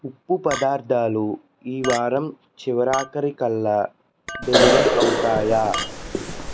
ఉప్పు పదార్థాలు ఈ వారం చివరాఖరి కల్లా డెలివర్ అవుతాయా